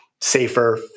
safer